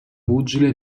pugile